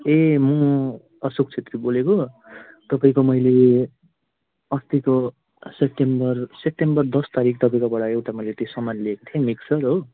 ए म अशोक छेत्री बोलेको हो तपाईँको मैले अस्ति त्यो सेप्टेम्बर सेप्टेम्बर दस तारिक तपाईँकोबाट एउटा मैले त्यो सामान लिएको थिएँ मिक्सर हो